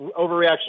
overreaction